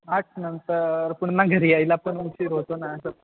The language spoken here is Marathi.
आठनंतर पुन्हा घरी यायला पण उशीर होतो ना असं